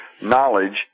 knowledge